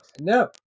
No